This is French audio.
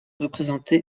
représenté